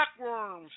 Blackworms